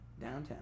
downtown